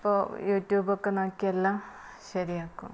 ഇപ്പോൾ ഈ യൂട്യൂബ് ഒക്കെ നോക്കി എല്ലാം ശരിയാക്കും